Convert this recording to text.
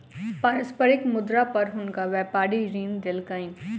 पारस्परिक मुद्रा पर हुनका व्यापारी ऋण देलकैन